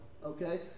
okay